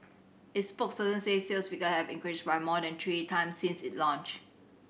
its spokesman says sales figure have increased by more than three times since it launched